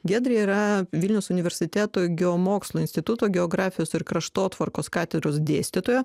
giedrė yra vilniaus universiteto geomokslų instituto geografijos ir kraštotvarkos katedros dėstytoja